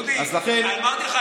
דודי, אמרתי לך שלאכול עשב זה כבוד.